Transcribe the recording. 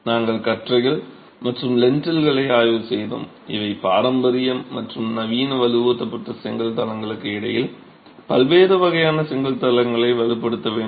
நாங்கள் கற்றைகள் மற்றும் லென்டில்களை ஆய்வு செய்தோம் இவை பாரம்பரிய மற்றும் நவீன வலுவூட்டப்பட்ட செங்கல் தளங்களுக்கு இடையில் பல்வேறு வகையான செங்கல் தளங்களை வலுப்படுத்த வேண்டும்